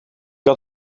had